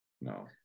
No